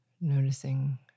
Noticing